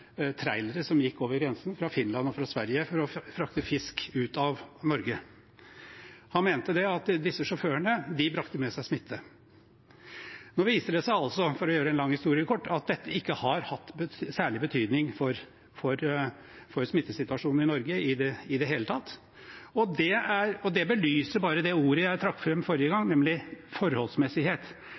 trailere som gikk over grensen fra Finland og fra Sverige for å frakte fisk ut av Norge. Han mente at disse sjåførene brakte med seg smitte. Nå viser det seg altså, for å gjøre en lang historie kort, at dette ikke har hatt særlig betydning for smittesituasjonen i Norge i det hele tatt. Det belyser bare det ordet jeg trakk fram forrige gang, nemlig forholdsmessighet.